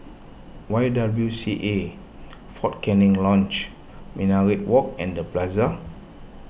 Y W C A fort Canning Lodge Minaret Walk and the Plaza